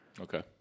Okay